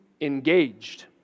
engaged